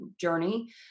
journey